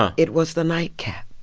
um it was the night-cap.